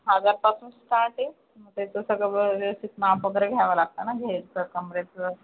हजारापासून स्टार्ट आहे मग त्याचं सगळं व व्यवस्थित माप वगैरे घ्यावं लागतं ना घेरचं कमरेचं